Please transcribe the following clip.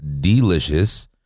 delicious